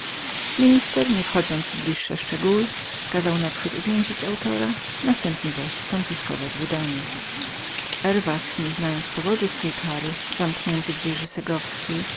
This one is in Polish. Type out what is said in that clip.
minister nie wchodząc w bliższe szczegóły kazał naprzód uwięzić autora następnie skonfiskować wydanie herwas nie znając powodu swej kary zamknięty w